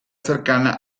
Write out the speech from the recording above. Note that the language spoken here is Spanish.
cercana